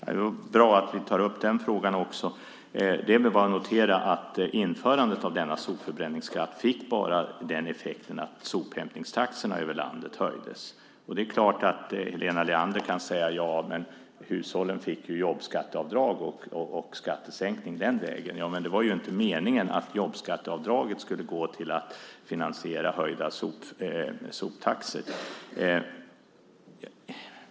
Fru talman! Det är bra att vi tar upp den frågan också! Det är väl bara att notera att införandet av denna sopförbränningsskatt bara fick effekten att sophämtningstaxorna i landet höjdes. Det är klart att Helena Leander kan säga att hushållen fick jobbskatteavdrag och en skattesänkning via det, men det var ju inte meningen att jobbskatteavdraget skulle gå till att finansiera höjda soptaxor.